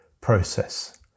process